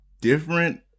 different